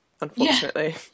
unfortunately